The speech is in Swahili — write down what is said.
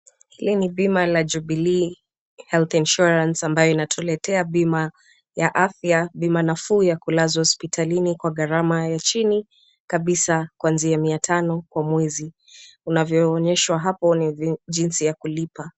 Hili ni bima la Jubilee health insurance ambayo inatuletea bima ya afya, bima nafuu ya kulazwa hospitalini kwa gharama ya chini kabisa kuanzia mia tano kwa mwezi. Unavyoonyeshwa hapo ni jinsi ya kulipa.